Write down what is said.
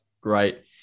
Great